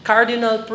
Cardinal